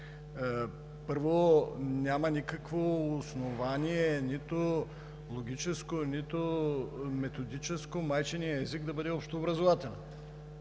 Първо, няма никакво основание – нито логическо, нито методическо, майчиният език да бъде общообразователен.